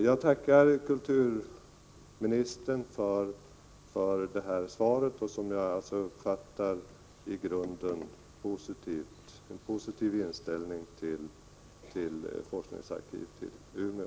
Jag tackar kulturministern för svaret, som jag uppfattar som en i grunden positiv inställning till forskningsarkiv i Umeå.